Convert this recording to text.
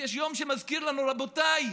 שיש יום שמזכיר לנו: רבותיי,